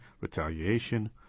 retaliation